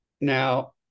Now